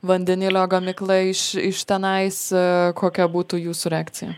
vandenilio gamykla iš iš tenais kokia būtų jūsų reakcija